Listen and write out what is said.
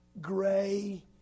gray